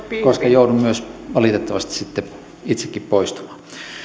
koska joudun valitettavasti sitten itsekin poistumaan